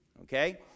Okay